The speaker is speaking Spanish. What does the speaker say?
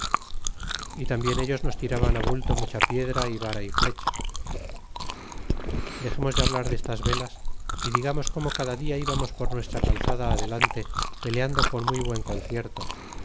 e tambien ellos nos tiraban bulto mucha piedra é vara y flecha dexemos de hablar destas velas a digamos como cada dia íbamos por nuestra calzada adelante peleando con muy buen concierto